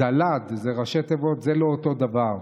זלא"ד זה ראשי תיבות של זה לא אותו דבר.